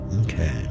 Okay